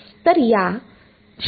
तर या 0